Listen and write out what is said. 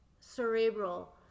Cerebral